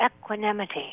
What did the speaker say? equanimity